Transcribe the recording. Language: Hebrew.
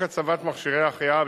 ועדת הכנסת, בבקשה.